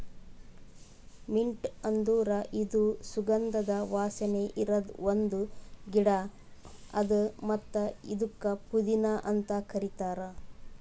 mint ಅಂದುರ್ ಇದು ಸುಗಂಧದ ವಾಸನೆ ಇರದ್ ಒಂದ್ ಗಿಡ ಅದಾ ಮತ್ತ ಇದುಕ್ ಪುದೀನಾ ಅಂತ್ ಕರಿತಾರ್